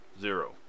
Zero